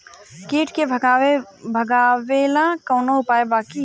कीट के भगावेला कवनो उपाय बा की?